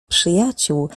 przyjaciół